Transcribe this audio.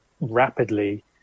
rapidly